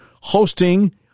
Hosting